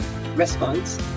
response